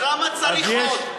אז למה צריך עוד?